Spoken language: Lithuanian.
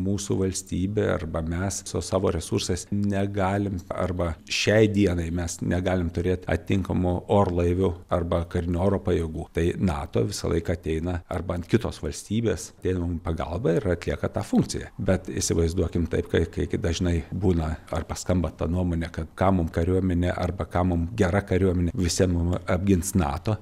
mūsų valstybė arba mes su savo resursais negalim arba šiai dienai mes negalim turėt atitinkamo orlaivių arba karinių oro pajėgų tai nato visą laiką ateina arba ant kitos valstybės ateina mum į pagalbą ir atlieka tą funkciją bet įsivaizduokim taip kai kai dažnai būna arba skamba ta nuomonė kad kam mum kariuomenė arba kam mum gera kariuomenė vis vien mus apgins nato